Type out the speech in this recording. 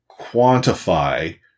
quantify